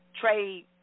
trade